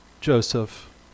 Joseph